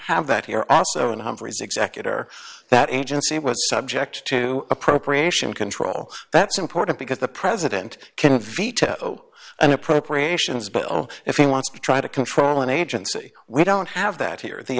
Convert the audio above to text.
have that here also in humphreys executor that agency was subject to appropriation control that's important because the president can veto an appropriations bill if he wants to try to control an agency we don't have that here the